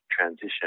transition